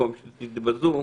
במקום שתתבזו,